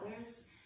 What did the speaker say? others